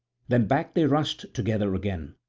then back they rushed together again,